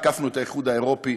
עקפנו את האיחוד האירופי,